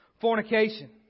Fornication